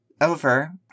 over